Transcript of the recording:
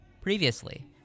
previously